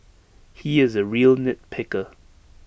he is A real nit picker